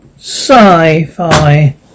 Sci-Fi